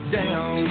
down